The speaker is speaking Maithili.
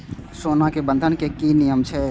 सोना के बंधन के कि नियम छै?